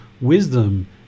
wisdom